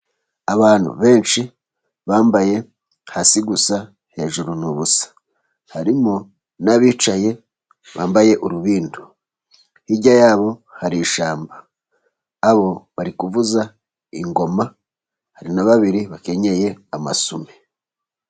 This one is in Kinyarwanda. Abantu benshi bambaye hasi gusa, hejuru ni ubusa. Harimo n'abicaye bambaye urubindo. Hirya yabo hari ishyamba. Abo bari kuvuza ingoma. Hari na babiri bakenyeye amasume.